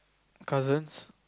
cousins